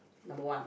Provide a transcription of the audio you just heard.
number one